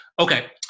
Okay